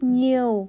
nhiều